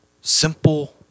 simple